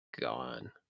gone